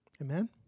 Amen